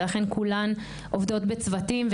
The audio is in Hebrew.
ולכן כולן עובדות בצוותים,